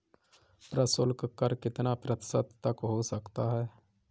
प्रशुल्क कर कितना प्रतिशत तक हो सकता है?